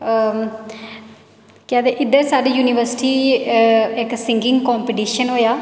इद्धर साढ़े युनिवर्सिटी इक्क सिंगिंग कंपीटिशन होआ